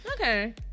Okay